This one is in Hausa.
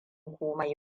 komai